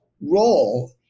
role